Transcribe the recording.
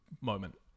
moment